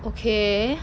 okay